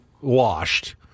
washed